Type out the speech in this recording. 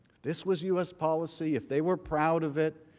this was u s. policy, if they were proud of it,